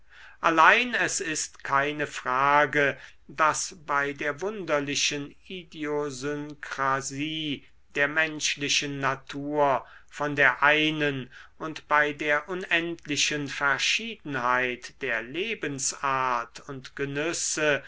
allein es ist keine frage daß bei der wunderlichen idiosynkrasie der menschlichen natur von der einen und bei der unendlichen verschiedenheit der lebensart und genüsse